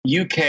UK